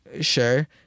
sure